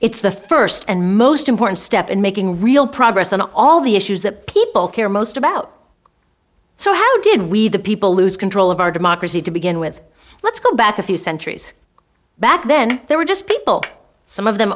it's the first and most important step in making real progress on all the issues that people care most about so how did we the people lose control of our democracy to begin with let's go back a few centuries back then they were just people some of them